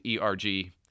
ERG